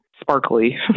Sparkly